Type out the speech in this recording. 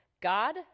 God